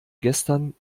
gestern